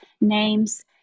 names